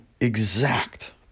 exact